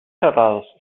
cerrados